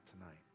tonight